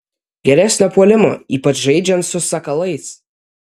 geresnio puolimo ypač žaidžiant su sakalais